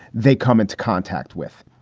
they come into contact with.